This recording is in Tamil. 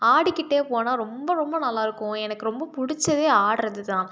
ஆடிக்கிட்டு போனால் ரொம்ப ரொம்ப நல்லாயிருக்கும் எனக்கு ரொம்ப பிடிச்சதே ஆடுறது தான்